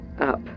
up